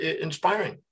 inspiring